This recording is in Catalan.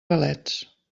galets